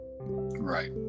right